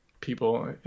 people